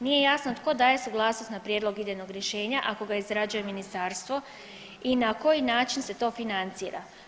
Nije jasno tko daje suglasnost na prijedlog idejnog rješenja ako ga izrađuje ministarstvo i na koji način se to financira.